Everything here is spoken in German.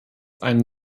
ein